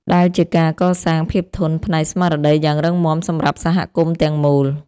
ដែលជាការកសាងភាពធន់ផ្នែកស្មារតីយ៉ាងរឹងមាំសម្រាប់សហគមន៍ទាំងមូល។